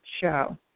show